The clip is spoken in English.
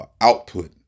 output